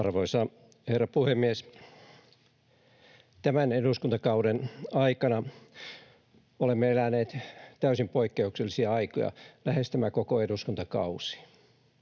Arvoisa herra puhemies! Tämän eduskuntakauden aikana olemme eläneet täysin poikkeuksellisia aikoja, lähes tämän koko eduskuntakauden.